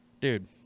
Dude